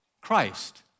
Christ